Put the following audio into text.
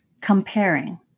comparing